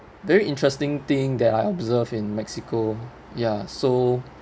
very interesting thing that I observe in mexico ya so